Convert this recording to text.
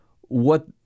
What-